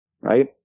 right